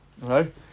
right